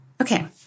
Okay